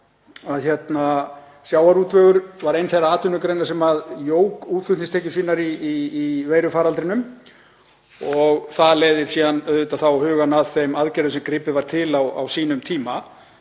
á að sjávarútvegur var ein þeirra atvinnugreina sem jók útflutningstekjur sínar í veirufaraldrinum og það leiðir auðvitað hugann að þeim aðgerðum sem gripið var til á sínum tíma.